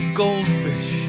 goldfish